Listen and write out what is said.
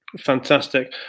Fantastic